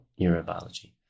neurobiology